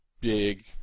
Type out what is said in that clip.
Big